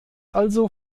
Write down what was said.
also